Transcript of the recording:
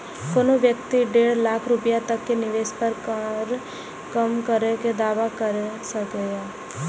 कोनो व्यक्ति डेढ़ लाख रुपैया तक के निवेश पर कर कम करै के दावा कैर सकैए